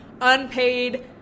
Unpaid